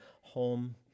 home